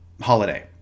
holiday